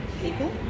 people